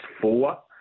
four